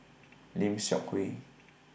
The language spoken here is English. Lim Seok Hui